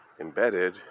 embedded